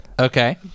okay